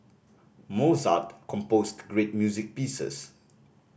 Mozart composed great music pieces